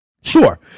sure